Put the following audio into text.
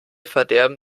verderben